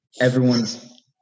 everyone's